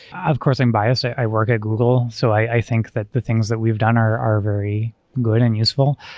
of course, i'm biased. i work at google. so i think that the things that we've done are are very good and useful.